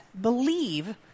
believe